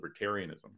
libertarianism